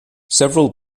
several